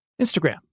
Instagram